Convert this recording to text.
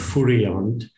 Furiant